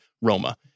Roma